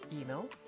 email